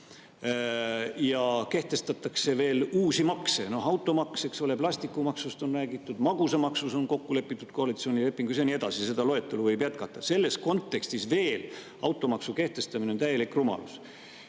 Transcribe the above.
ja kehtestatakse veel uusi makse: automaks, eks ole, plastikumaksust on räägitud, magusamaksus on kokku lepitud koalitsioonilepingus ja nii edasi, seda loetelu võib jätkata. Selles kontekstis veel automaksu kehtestada on täielik rumalus.